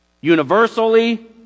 Universally